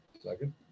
Second